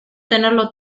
tenerlo